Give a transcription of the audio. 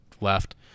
left